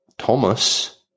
Thomas